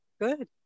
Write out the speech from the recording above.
good